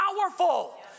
powerful